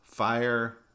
Fire